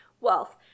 wealth